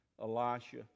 Elisha